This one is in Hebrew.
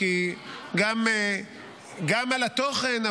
גם על התוכן,